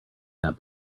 that